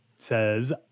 Says